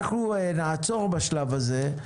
נעצור בשלב הזה.